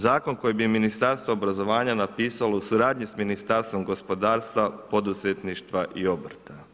Zakon koji bi Ministarstvo obrazovanja napisalo u suradnji sa Ministarstvom gospodarstva, poduzetništva i obrta.